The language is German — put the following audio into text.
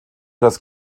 das